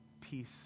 peace